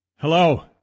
Hello